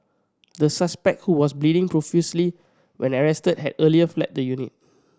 the suspect who was bleeding profusely when arrested had earlier fled the unit